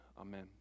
amen